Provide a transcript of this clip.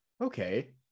Okay